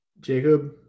Jacob